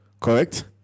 Correct